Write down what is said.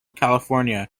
california